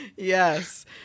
Yes